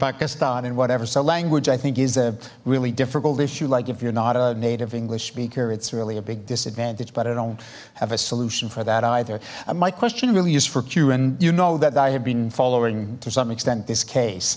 pakistan and whatever so language i think is a really difficult issue like if you're not a native english speaker it's really a big disadvantage but i don't have a solution for that either and my question really is for queuing you know that i have been following to some extent this